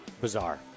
bizarre